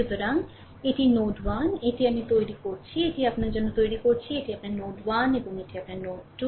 সুতরাং এটি নোড 1 এটি আমি এটি তৈরি করছি এটি আপনার জন্য তৈরি করছি এটি আপনার নোড 1 এবং এটি আপনার নোড 2